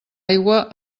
aigua